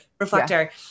Reflector